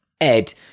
Ed